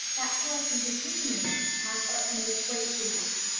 that person's opinions have utmost weight with it,